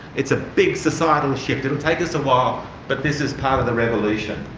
it's a big societal shift. it'll take us a while, but this is part of the revolution.